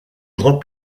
grand